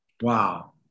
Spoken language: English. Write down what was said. Wow